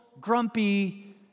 grumpy